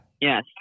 yes